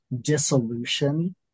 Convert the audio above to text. dissolution